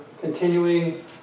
continuing